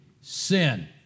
sin